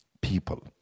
people